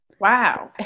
Wow